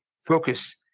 focus